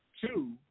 two